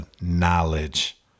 knowledge